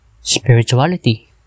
spirituality